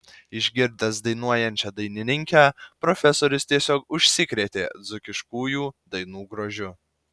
išgirdęs dainuojančią dainininkę profesorius tiesiog užsikrėtė dzūkiškųjų dainų grožiu